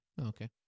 Okay